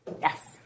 Yes